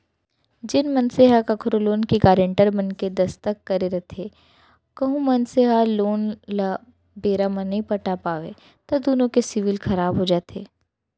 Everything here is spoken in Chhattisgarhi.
जेन मनसे ह कखरो लोन के गारेंटर बनके दस्कत करे रहिथे कहूं मनसे ह लोन ल बेरा म नइ पटा पावय त दुनो के सिविल खराब हो जाथे